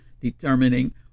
determining